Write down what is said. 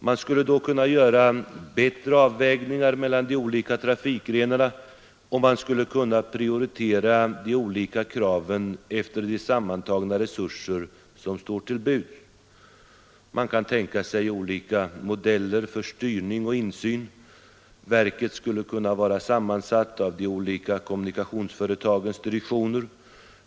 Man skulle då kunna göra bättre avvägningar mellan de olika trafikgrenarna och man skulle kunna prioritera de olika kraven efter de sammantagna resurser som står till buds. Man kan tänka sig olika modeller för styrning och insyn. Verket skulle kunna vara sammansatt av de olika kommunikationsföretagens direktioner.